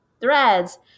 threads